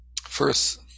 First